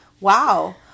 wow